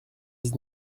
dix